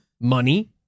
Money